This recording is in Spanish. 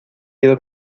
quedo